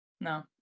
No